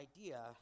idea